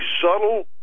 subtle